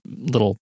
little